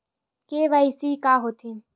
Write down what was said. KYC का होथे?